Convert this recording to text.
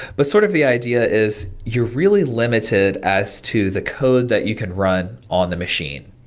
but sort of the idea is you're really limited as to the code that you can run on the machine.